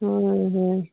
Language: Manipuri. ꯍꯣꯏ ꯍꯣꯏ